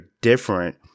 different